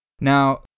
Now